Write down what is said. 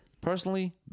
personally